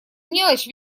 мелочь